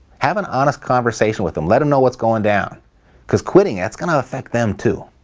have an honest conversation with them. let them know what's going down because quitting, that's going to affect them too.